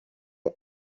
est